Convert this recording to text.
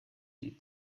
die